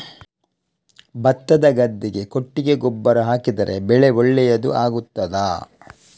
ಭತ್ತದ ಗದ್ದೆಗೆ ಕೊಟ್ಟಿಗೆ ಗೊಬ್ಬರ ಹಾಕಿದರೆ ಬೆಳೆ ಒಳ್ಳೆಯದು ಆಗುತ್ತದಾ?